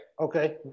Okay